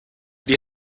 die